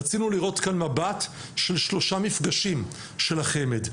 רצינו לראות כאן מבט של שלושה מפגשים של החמ"ד.